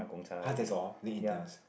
har that's all didn't eat anything else